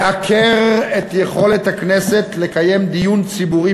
מעקר את יכולת הכנסת לקיים דיון ציבורי